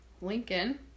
Lincoln